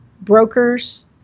brokers